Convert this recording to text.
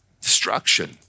Destruction